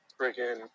freaking